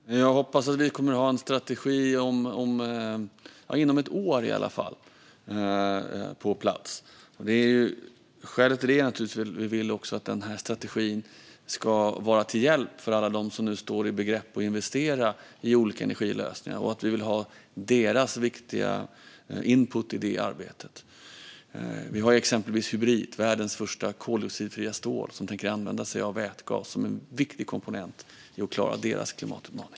Fru talman! Jag hoppas att vi kommer att ha en strategi på plats inom ett år. Skälet till det är att vi vill att denna strategi ska vara till hjälp för alla dem som nu står i begrepp att investera i olika energilösningar och att vi vill ha deras viktiga input i detta arbete. Vi har exempelvis Hybrit, världens första koldioxidfria stål, där vätgas är tänkt att användas som en viktig komponent i att klara klimatutmaningen.